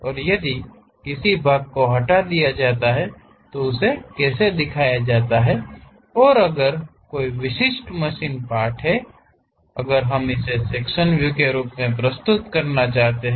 और यदि किसी भाग को हटा दिया जाता है तो उसका कैसे दिखाया जाता है और अगर कोई एक विशिष्ट मशीन पार्ट्स हैं अगर हम इसे सेक्शन व्यू के रूप में प्रस्तुत करना चाहते हैं